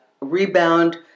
rebound